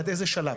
עד איזה שלב?